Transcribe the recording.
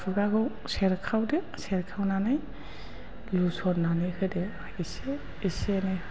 खुगाखौ सेरखावदो सेरखावनानै लुसननानै होदो इसे इसेनो